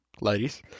ladies